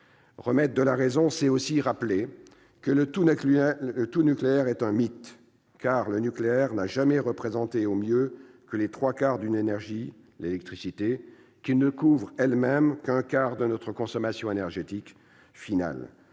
Remettre de la raison, c'est aussi rappeler que le « tout-nucléaire » est un mythe, car le nucléaire n'a jamais représenté, au mieux, que les trois quarts d'une énergie, l'électricité, qui ne couvre elle-même qu'un quart de notre consommation énergétique finale,